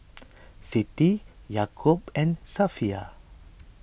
Siti Yaakob and Safiya